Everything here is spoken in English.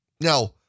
Now